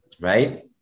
right